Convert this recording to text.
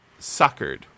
suckered